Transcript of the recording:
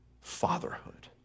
fatherhood